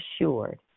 assured